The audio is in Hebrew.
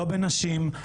לא בנשים,